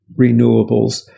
renewables